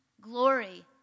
glory